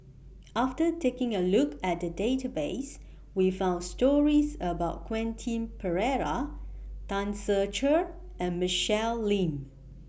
after taking A Look At The Database We found stories about Quentin Pereira Tan Ser Cher and Michelle Lim